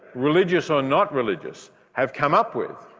religious or not religious, have come up with,